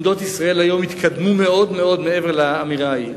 עמדות ישראל היום התקדמו מאוד-מאוד מעבר לאמירה ההיא.